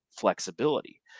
flexibility